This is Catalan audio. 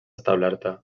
establerta